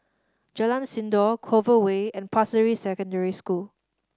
Jalan Sindor Clover Way and Pasir Ris Secondary School